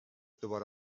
دوباره